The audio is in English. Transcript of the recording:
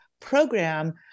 program